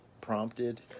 Prompted